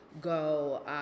go